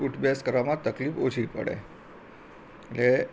ઊઠ બેસ કરવામાં તકલીફ ઓછી પડે એટલે